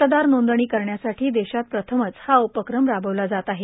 मतदार नोंदणी करण्यासाठी देशात प्रथमच हा उपक्रम राबवला जात आहे